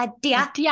dia